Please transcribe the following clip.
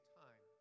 time